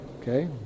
Okay